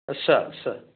ꯑꯠꯁꯥ ꯑꯠꯁꯥ